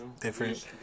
Different